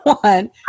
one